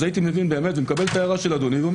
אז הייתי מקבל את ההערה של אדוני ואומר